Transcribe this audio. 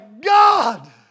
God